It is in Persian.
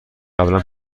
قبلا